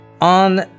On